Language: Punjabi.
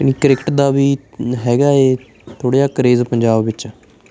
ਯਾਨੀ ਕ੍ਰਿਕਟ ਦਾ ਵੀ ਹੈਗਾ ਹੈ ਥੋੜ੍ਹਾ ਜਿਹਾ ਕਰੇਜ਼ ਪੰਜਾਬ ਵਿੱਚ